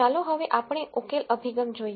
ચાલો હવે આપણે ઉકેલ અભિગમ જોઈએ